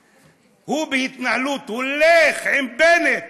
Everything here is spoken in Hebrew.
בהתנהלות, הולך עם בנט